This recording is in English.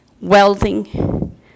welding